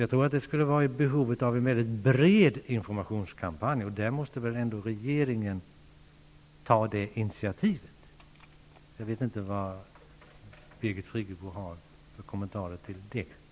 Jag tror alltså att det finns behov av en väldigt bred informationskampanj, och i det avseendet är det väl ändå regeringen som skall ta initiativ. Sedan återstår att höra Birgit Friggebos kommentarer på den punkten.